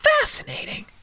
fascinating